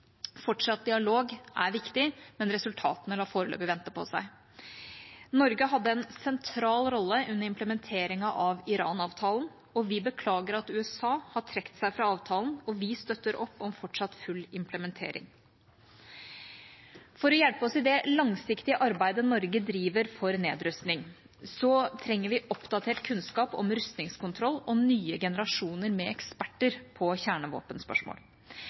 Fortsatt dialog er viktig, men resultatene lar foreløpig vente på seg. Norge hadde en sentral rolle under implementeringen av Iran-avtalen, og vi beklager at USA har trukket seg fra avtalen. Vi støtter opp om fortsatt full implementering. For å hjelpe oss i det langsiktige arbeidet Norge driver for nedrustning, trenger vi oppdatert kunnskap om rustningskontroll og nye generasjoner med eksperter på